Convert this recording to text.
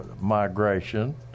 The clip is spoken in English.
migration